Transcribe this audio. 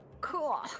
Cool